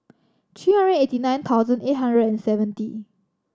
three hundred eighty nine thousand eight hundred and seventy